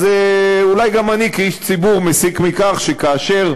אז אולי גם אני כאיש ציבור מסיק מכך שכאשר